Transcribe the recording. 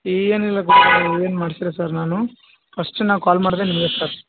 ಏನಿಲ್ಲ ಏನೂ ಮಾಡಿಸಿಲ್ಲ ಸರ್ ನಾನು ಫಸ್ಟೆ ನಾನು ಕಾಲ್ ಮಾಡಿದ್ದೆ ನಿಮಗೆ ಸರ್